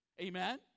Amen